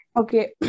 Okay